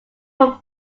from